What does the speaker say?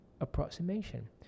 approximation